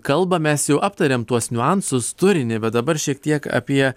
kalbą mes jau aptarėm tuos niuansus turinį bet dabar šiek tiek apie